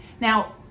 Now